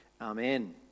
Amen